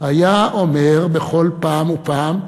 היה אומר בכל פעם ופעם,